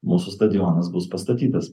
mūsų stadionas bus pastatytas